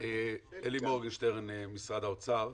אלי מורגנשטרן, משרד האוצר,